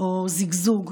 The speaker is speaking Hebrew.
או זיגזוג.